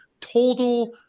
total